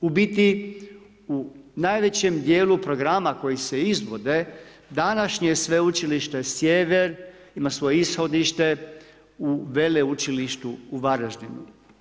U biti u najvećem dijelu programa koji se izvode, današnje Sveučilište Sjever, ima svoje ishodište u Veleučilištu u Varaždinu.